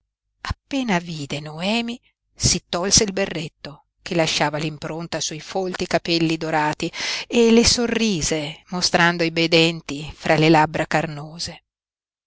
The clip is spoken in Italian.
appena vide noemi si tolse il berretto che lasciava l'impronta sui folti capelli dorati e le sorrise mostrando i bei denti fra le labbra carnose